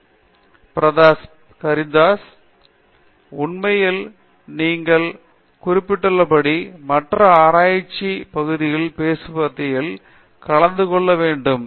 பேராசிரியர் பிரதாப் ஹரிதாஸ் உண்மையில் நீங்கள் குறிப்பிட்டுள்ளபடி மற்ற ஆராய்ச்சி பகுதியிலும் பேச்சுவார்த்தைகளில் கலந்து கொள்ள வேண்டும்